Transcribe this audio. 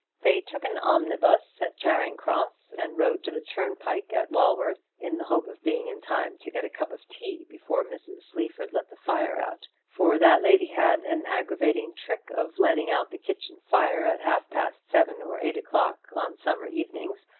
they took an omnibus at charing cross, and rode to the turnpike at walworth, in the hope of being in time to get a cup of tea before mrs. sleaford let the fire out for that lady had an aggravating trick of letting out the kitchen-fire at half-past seven or eight o'clock on summer evenings,